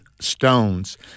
stones